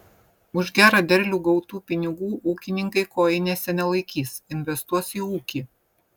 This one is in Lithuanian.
už gerą derlių gautų pinigų ūkininkai kojinėse nelaikys investuos į ūkį